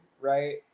right